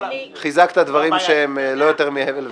חיזקת דברים שהם לא יותר מהבל ושטות.